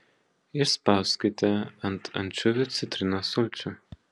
išspauskite ant ančiuvių citrinos sulčių